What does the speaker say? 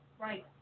right